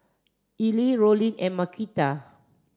Elie Rollin and Marquita